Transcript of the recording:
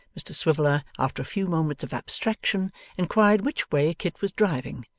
mr swiveller after a few moments of abstraction inquired which way kit was driving,